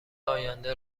آینده